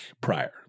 prior